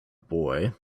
boy